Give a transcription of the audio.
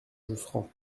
josserand